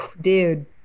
Dude